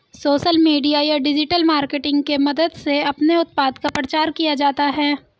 social media या digital marketing की मदद से अपने उत्पाद का प्रचार किया जाता है